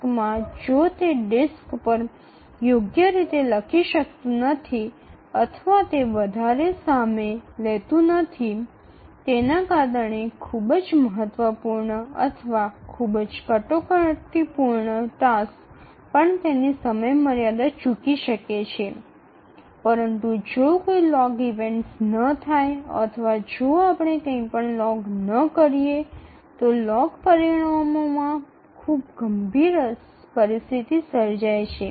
কাজটির কারণে সময়সীমাটি মিস করতে পারে যা ডিস্কে সঠিকভাবে লিখতে না পারায় বা এটি গ্রহণ করছিল বলে ঘটতে পারে আরও সময় তবে যদি কোনও লগ ইভেন্ট না ঘটে বা আমরা কিছু লগ না করতে পারি তবে লগের ফলাফলগুলিতে খুব মারাত্মক পরিস্থিতি ঘটে